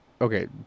okay